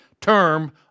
term